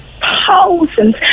Thousands